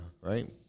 right